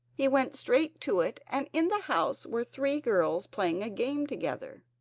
he went straight to it and in the house were three girls playing a game together.